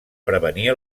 prevenir